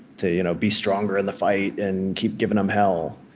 to you know be stronger in the fight and keep giving em hell.